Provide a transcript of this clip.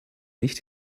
nicht